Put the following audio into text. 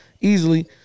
easily